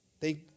Thank